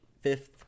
fifth